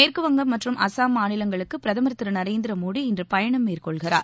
மேற்குவங்கம் மற்றும் அசாம் மாநிலங்களுக்கு பிரதமர் திரு நரேந்திர மோடி இன்று பயணம் மேற்கொள்கிறார்